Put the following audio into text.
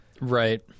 right